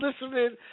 listening